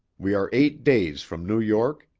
we are eight days from new york,